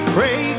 Pray